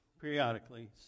periodically